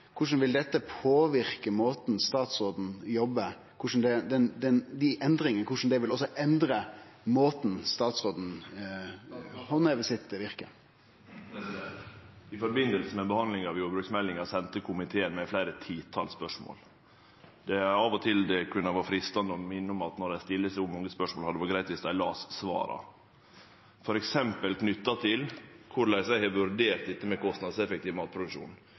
korleis inntektsmålet er endra? Korleis vil dette påverke måten statsråden jobbar på? Korleis vil det endre måten statsråden handhevar virket sitt? I samband med behandlinga av jordbruksmeldinga sende komiteen meg fleire titals spørsmål. Av og til kunne det vore freistande å minne om at når ein stiller så mange spørsmål, hadde det vore greitt om ein las svara, f.eks. knytt til korleis eg har vurdert dette med kostnadseffektiv matproduksjon.